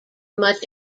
much